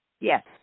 Yes